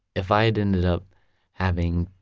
if i'd ended up having